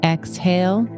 Exhale